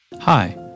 Hi